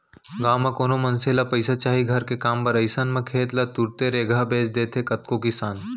गाँव म कोनो मनसे ल पइसा चाही घर के काम बर अइसन म खेत ल तुरते रेगहा बेंच देथे कतको किसान